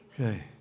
Okay